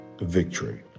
victory